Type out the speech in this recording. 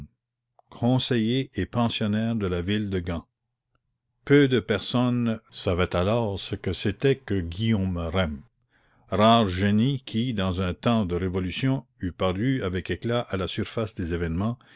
conseiller et pensionnaire de la ville de gand peu de personnes savaient alors ce que c'était que guillaume rym rare génie qui dans un temps de révolution eût paru avec éclat à la surface des événements